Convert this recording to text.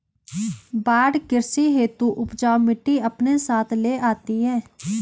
बाढ़ कृषि हेतु उपजाऊ मिटटी अपने साथ ले आती है